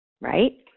right